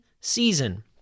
season